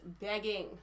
begging